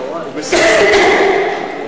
הוא בסדר גמור.